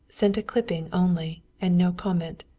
sent a clipping only, and no comment.